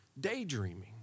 Daydreaming